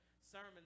sermon